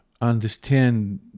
understand